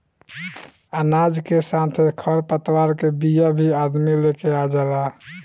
अनाज के साथे खर पतवार के बिया भी अदमी लेके आ जाला